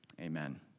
amen